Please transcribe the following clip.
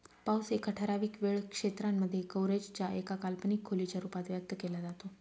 पाऊस एका ठराविक वेळ क्षेत्रांमध्ये, कव्हरेज च्या एका काल्पनिक खोलीच्या रूपात व्यक्त केला जातो